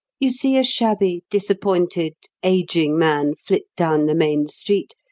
you see a shabby, disappointed, ageing man flit down the main street,